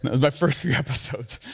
but first few episodes,